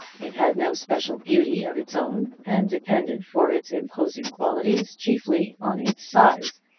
it had no special beauty of its own, and depended for its imposing qualities chiefly on its size,